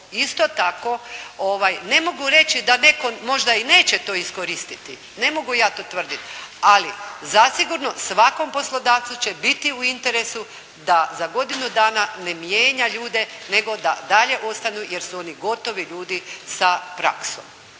isto tako ne mogu reći da netko možda i neće to iskoristiti, ne mogu ja to tvrditi ali zasigurno svakom poslodavcu će biti u interesu da za godinu dana ne mijenja ljude nego da dalje ostanu jer su oni gotovi ljudi sa praksom.